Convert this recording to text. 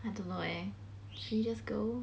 I don't know eh should we just go